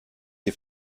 sie